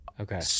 Okay